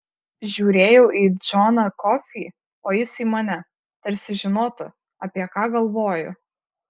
žiūrėjau į džoną kofį o jis į mane tarsi žinotų apie ką galvoju